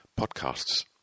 podcasts